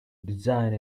design